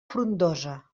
frondosa